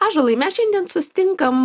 ąžuolai mes šiandien susitinkam